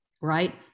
right